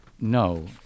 No